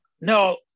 No